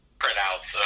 printouts